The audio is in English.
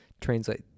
translate